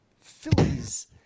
Phillies